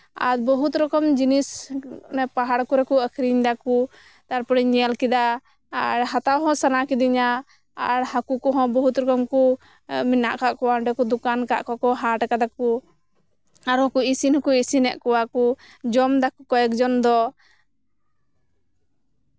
ᱟᱨ ᱵᱚᱦᱩᱛ ᱨᱚᱠᱚᱢ ᱡᱤᱱᱤᱥ ᱚᱱᱮ ᱯᱟᱦᱟᱲ ᱠᱚᱨᱮ ᱠᱚ ᱟᱠᱷᱨᱤᱧ ᱫᱟᱠᱚ ᱛᱟᱨᱯᱚᱨᱮᱧ ᱧᱮᱞ ᱠᱮᱫᱟ ᱮᱸ ᱦᱟᱛᱟᱣ ᱦᱚᱸ ᱥᱟᱱᱟ ᱠᱤᱫᱤᱧᱟ ᱟᱨ ᱦᱟᱠᱩ ᱠᱚᱦᱚᱸ ᱵᱚᱦᱩᱛ ᱨᱚᱠᱚᱢ ᱠᱚ ᱚᱸᱰᱮ ᱢᱮᱱᱟᱜ ᱠᱟᱜ ᱠᱚᱣᱟ ᱠᱚ ᱚᱸᱰᱮ ᱠᱚ ᱫᱚᱠᱟᱱ ᱠᱟᱫᱟ ᱚᱸᱰᱮ ᱠᱚ ᱦᱟᱴ ᱠᱜ ᱠᱚᱣᱟ ᱠᱚ ᱟᱨᱦᱚᱸ ᱤᱥᱤᱱ ᱦᱚᱸᱠᱚ ᱤᱥᱤᱱᱮᱫ ᱠᱚᱣᱟᱠᱚ ᱡᱚᱢ ᱫᱟᱠᱚ ᱠᱚᱭᱮᱠ ᱡᱚᱱ ᱫᱚ